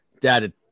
Dad